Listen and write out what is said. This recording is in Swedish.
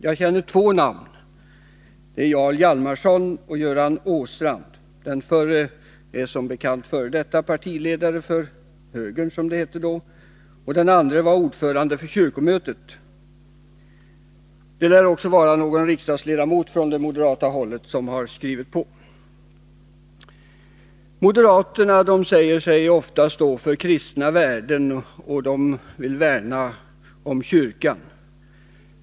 Jag känner två namn — Jarl Hjalmarson och Göran Åstrand. Den förre är som bekant f. d. partiledare för högern, som det hette då, och den andre var ordförande för kyrkomötet. Det lär också vara någon riksdagsledamot från det moderata hållet som har skrivit på. Moderaterna säger sig ofta stå för kristna värden och att de vill värna om kyrkan.